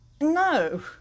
No